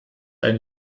ein